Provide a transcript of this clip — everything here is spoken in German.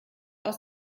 aus